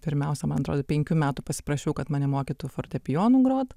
pirmiausia man atrodo penkių metų pasiprašiau kad mane mokytų fortepijonu grot